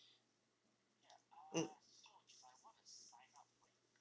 mm